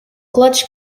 clutch